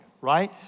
right